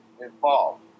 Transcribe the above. involved